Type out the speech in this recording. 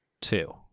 two